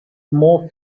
more